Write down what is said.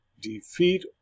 defeat